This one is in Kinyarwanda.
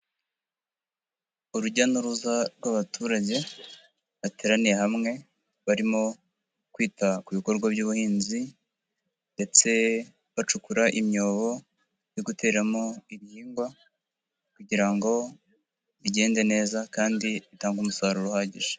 Urujya n'uruza rw'abaturage, bateraniye hamwe, barimo kwita ku bikorwa by'ubuhinzi, ndetse bacukura imyobo, yo guteramo ibihingwa, kugira ngo bigende neza kandi bitange umusaruro uhagije.